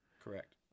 Correct